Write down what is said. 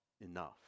enough